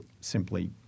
simply